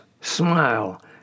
smile